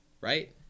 right